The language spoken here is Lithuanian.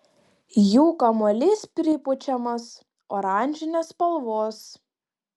jų kamuolys pripučiamas oranžinės spalvos